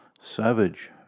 Savage